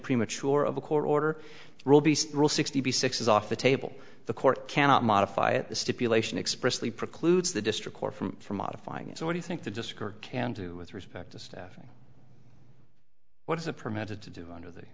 premature of a court order sixty six is off the table the court cannot modify it the stipulation expressly precludes the district court from modifying it so what do you think the disk or can do with respect to staffing what is a permitted to do under the